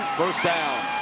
first down.